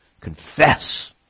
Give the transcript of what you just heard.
Confess